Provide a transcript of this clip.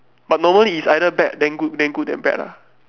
but normally is either bad then good then good then bad lah